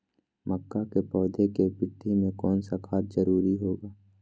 मक्का के पौधा के वृद्धि में कौन सा खाद जरूरी होगा?